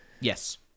Yes